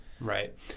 Right